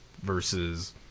versus